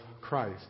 Christ